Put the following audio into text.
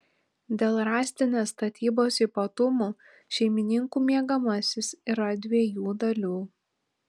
dėl rąstinės statybos ypatumų šeimininkų miegamasis yra dviejų dalių